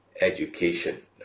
education